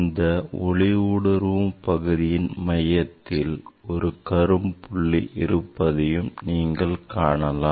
இந்த ஒளி ஊடுருவும் பகுதியின் மையத்தில் ஒரு கரும்புள்ளி இருப்பதையும் நீங்கள் காணலாம்